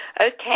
Okay